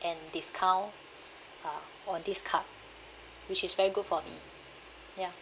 and discount uh on this card which is very good for me ya